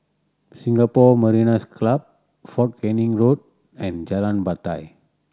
Singapore Mariners' Club Fort Canning Road and Jalan Batai